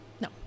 No